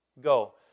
Go